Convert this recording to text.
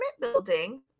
building